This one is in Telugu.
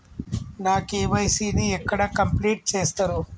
నా కే.వై.సీ ని ఎక్కడ కంప్లీట్ చేస్తరు?